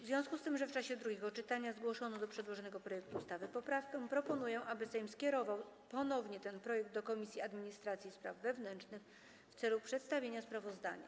W związku z tym, że w czasie drugiego czytania zgłoszono do przełożonego projektu ustawy poprawkę, proponuję, aby Sejm skierował ponownie ten projekt do Komisji Administracji i Spraw Wewnętrznych w celu przedstawienia sprawozdania.